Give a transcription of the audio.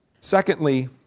Secondly